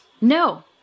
No